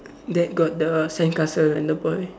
that got the sandcastle and the boy